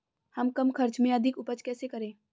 हम कम खर्च में अधिक उपज कैसे करें?